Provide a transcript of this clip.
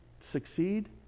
succeed